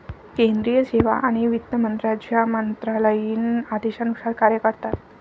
केंद्रीय सेवा आणि वित्त मंत्र्यांच्या मंत्रालयीन आदेशानुसार कार्य करतात